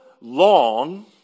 long